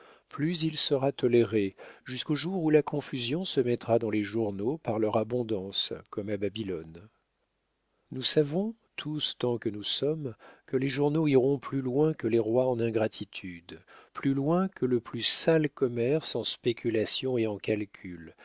plus il sera toléré jusqu'au jour où la confusion se mettra dans les journaux par leur abondance comme à babylone nous savons tous tant que nous sommes que les journaux iront plus loin que les rois en ingratitude plus loin que le plus sale commerce en spéculations et en calculs